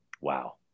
Wow